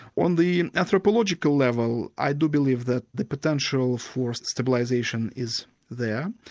on the anthropological level, i do believe that the potential for stabilisation is there,